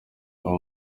abo